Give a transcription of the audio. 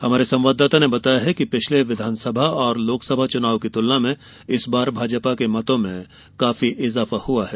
हमारे संवाददाता ने बताया है कि पिछले विधानसभा और लोकसभा चुनाव की तुलना में इस बार भाजपा के मतों में काफी इजाफा हुआ है